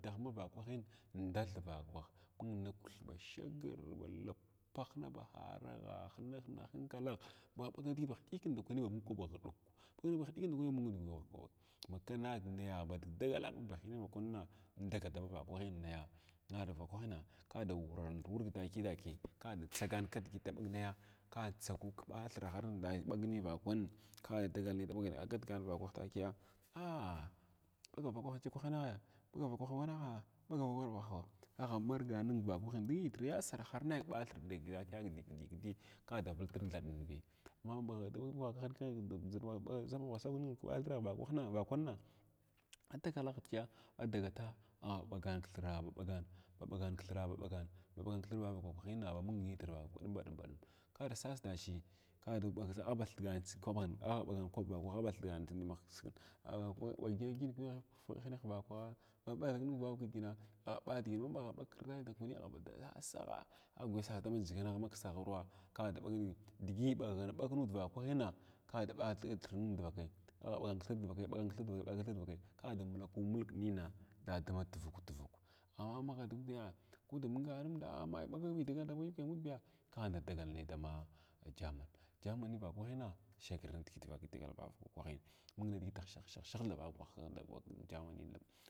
Udah mavakwahin ndath vakwah mung nakuthy ba shagr ba luppan ahina ba haragha hinahina hinkalagha ɓaga ɓag nidigi ba həɗikin ndakwani ba mung kwaba ba ghiɗək ma kwanag naya ba dagagala anug ba baninin ba kwana indagal dama vakwahin naya navakwa kwahna kgdd wukrant wurg takiya take ka da tsagan kidigi inda ɓag naya ka tsagu kɓathirahar in ɓag nai vakwahin ka da dagal nai daɓa agalgan bakwah tukiya ah ɓagar afakwahina, ɓagav tvanaha ɓaguv wanha agh margan ning vakwahin dun yasarah ar nai nitr ɓathir ɗek- ɗekin takiya gidi giiyi gidiya kada vultir thaɓinbi ma mung bagh da ɓagh ɓa saɓagha saɓag ming kɓathragh vakwanna adagalagh digiya a dagata ɓaga ba ɓagan kthira ba ɓagan kthir ba ɓagan duu abaka kwahin nitr arba mung ba dum ba ɗum kada ar sas dachi kada ar bathigan kwaɓan aɓa ɓagan kwaɓivakwahin aba thigan saya aba ɓagan kwabin vakrah aba thigan siy mai tha lambaghi kada sas dachi ma gingha ging khineha vakwaha maɓagha ɓag vavakins agha ba digina ma ɓagha bag kra’ayi ndakwani agh ba dasagha aghba ghuya sas da ndʒiganagh maksavuwa kada ɓag digin ɓagha ɓag nudivakwaina kada ɓa dir nud dvakai aghɓagan kthir dvakai ɓagan kthir dvakai ɓagan kthir dvakai kada mulku mulga nina dama tubuk tuvuk amma magh duniya ko da mung nuda ah mayah ɓagabi digalni dama u. K amadbiy ka inda dagal nai dama jaman jaman vakwahina shagir nidiʒit dagal vavaka vakwahin mung nidigiti shah shah shah ha thaɓa vakwahin ma jamanin thaɓa.